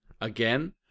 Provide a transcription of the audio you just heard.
again